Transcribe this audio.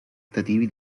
tentativi